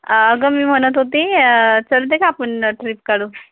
अगं मी म्हणत होती चलते का आपण ट्रिप काढू